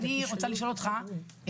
אני רוצה לשאול אותך,